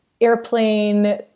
airplane